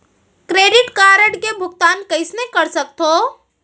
Credit card के भुगतान कइसने कर सकथो?